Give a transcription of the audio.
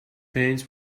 paint